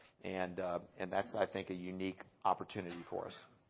and and that's i think a unique opportunity for us.